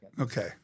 Okay